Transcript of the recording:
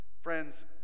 Friends